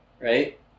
Right